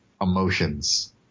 emotions